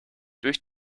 durch